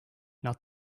not